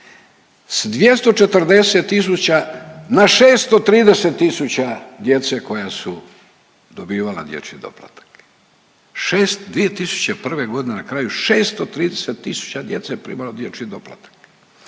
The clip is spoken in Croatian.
S 240 tisuća na 630 tisuća djece koja su dobivala dječji doplatak. 6, 2001. godine na kraju 630 tisuća djece primalo je dječji doplatak.